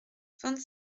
vingt